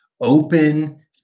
Open